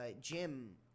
Jim